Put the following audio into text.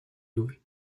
lui